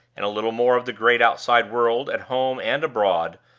and a little more of the great outside world at home and abroad,